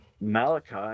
Malachi